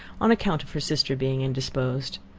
on account of her sister being indisposed.